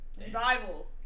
Revival